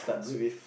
good